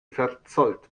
verzollt